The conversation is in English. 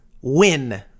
win